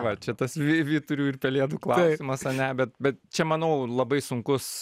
va čia tas vy vyturių ir pelėdų klausimas ane bet bet čia manau labai sunkus